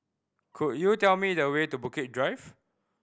could you tell me the way to Bukit Drive